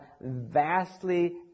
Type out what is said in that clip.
vastly